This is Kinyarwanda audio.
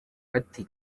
ati